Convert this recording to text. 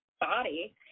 body